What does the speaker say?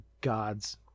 gods